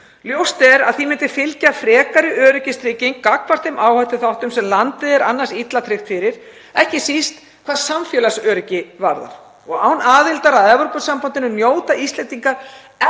Ljóst er að því myndi fylgja frekari öryggistrygging gagnvart þeim áhættuþáttum sem landið er annars illa tryggt fyrir, ekki síst hvað samfélagsöryggi varðar. Án aðildar að Evrópusambandinu njóta Íslendingar